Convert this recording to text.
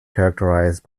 characterized